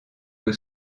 que